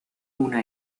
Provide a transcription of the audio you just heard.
una